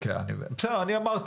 בסדר,